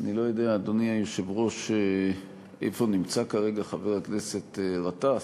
אני לא יודע איפה נמצא כרגע חבר הכנסת גטאס,